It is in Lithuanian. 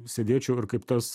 sėdėčiau ir kaip tas